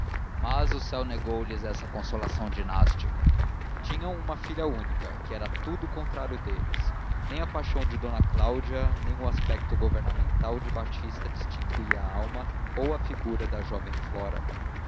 mas o céu negou lhes essa consolação dinástica tinham uma filha única que era tudo o contrário deles nem a paixão de d cláudia nem o aspecto governamental de batista distinguia a alma ou a figura da jovem flora